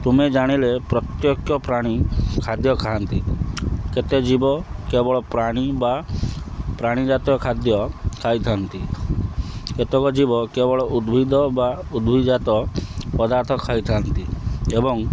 ତୁମେ ଜାଣିଲେ ପ୍ରତ୍ୟେକ ପ୍ରାଣୀ ଖାଦ୍ୟ ଖାଆନ୍ତି କେତେ ଯିବ କେବଳ ପ୍ରାଣୀ ବା ପ୍ରାଣୀ ଜାତୀୟ ଖାଦ୍ୟ ଖାଇଥାନ୍ତି କେତେକ ଯିବ କେବଳ ଉଦ୍ଭିଦ ବା ଉଦ୍ଭିଜାତ ପଦାର୍ଥ ଖାଇଥାନ୍ତି ଏବଂ